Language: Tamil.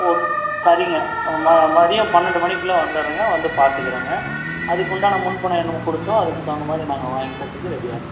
ஃபோர் சரிங்க ம மதியம் பன்னெண்டு மணிக்குள்ளே வந்துடுறேங்க வந்து பார்த்துக்குறங்க அதுக்குண்டான முன் பணம் என்னமோ கொடுக்கோ அதுக்கு தகுந்த மாதிரி நாங்கள் வாங்கிக்கிறதுக்கு ரெடியாக இருக்கங்க